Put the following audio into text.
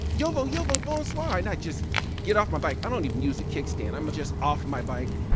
yovo, yovo, bonsoir. and i just get off my bike. i don't even use a kickstand. i'm just off my bike.